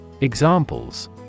Examples